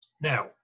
Now